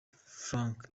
franc